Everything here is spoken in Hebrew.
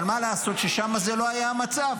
אבל מה לעשות ששם זה לא היה המצב?